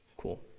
Cool